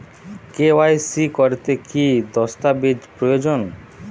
KYC করতে কি দস্তাবেজ প্রয়োজন?